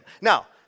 Now